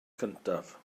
cyntaf